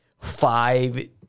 five